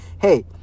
Hey